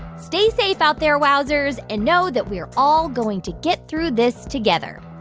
stay safe out there, wowzers. and know that we are all going to get through this together.